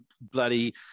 bloody